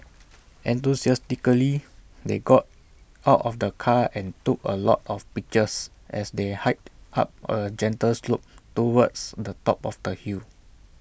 enthusiastically they got out of the car and took A lot of pictures as they hiked up A gentle slope towards the top of the hill